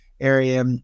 area